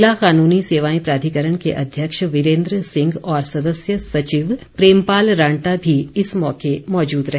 ज़िला कानूनी सेवाएं प्राधिकरण के अध्यक्ष वीरेन्द्र सिंह और सदस्य सचिव प्रेमपाल रांटा भी इस मौके मौजूद रहे